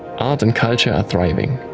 art and culture are thriving.